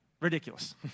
ridiculous